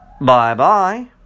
Bye-bye